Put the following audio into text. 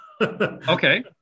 Okay